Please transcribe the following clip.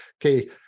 okay